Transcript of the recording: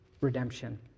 redemption